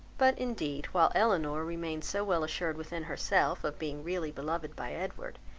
but indeed, while elinor remained so well assured within herself of being really beloved by edward,